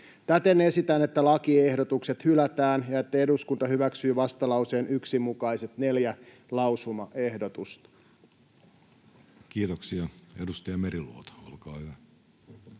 Täten esitän, että lakiehdotukset hylätään ja että eduskunta hyväksyy vastalauseen 1 mukaiset neljä lausumaehdotusta. Kiitoksia. — Edustaja Meriluoto, olkaa hyvä.